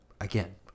again